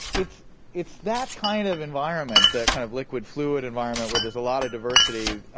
it's it's that kind of environment, that kind of liquid fluid environment, where there's a lot of diversity